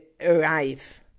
arrive